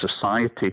society